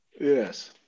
Yes